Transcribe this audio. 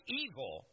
evil